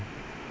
ya